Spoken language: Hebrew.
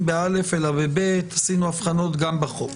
באשרה א' אלא ב-ב' ועשינו הבחנות גם בחוק.